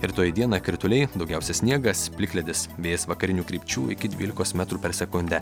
rytoj dieną krituliai daugiausia sniegas plikledis vėjas vakarinių krypčių iki dvylikos metrų per sekundę